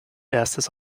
erstes